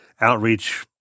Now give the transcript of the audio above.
outreach